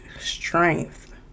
strength